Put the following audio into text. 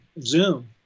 Zoom